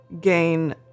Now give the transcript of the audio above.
gain